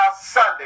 Sunday